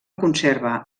conserva